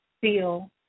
feel